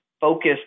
focused